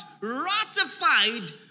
ratified